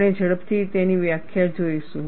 આપણે ઝડપથી તેની વ્યાખ્યા જોઈશું